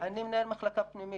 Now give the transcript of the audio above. אני מנהל מחלקה פנימית.